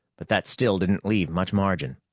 but that still didn't leave much margin.